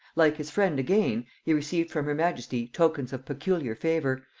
like his friend again, he received from her majesty tokens of peculiar favor,